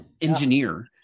engineer